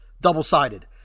double-sided